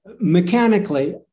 mechanically